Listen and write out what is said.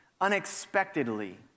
unexpectedly